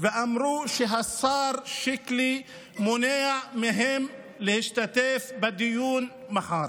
ואמרו שהשר שיקלי מונע מהם להשתתף בדיון מחר.